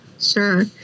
Sure